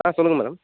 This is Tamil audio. ஆ சொல்லுங்கள் மேடம்